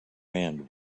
end